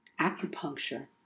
acupuncture